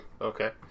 Okay